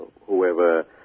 whoever